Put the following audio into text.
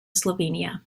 slovenia